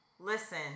listen